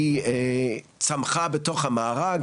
היא צמחה בתוך המארג,